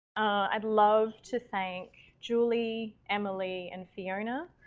i'd love to thank julie, emily and fiona.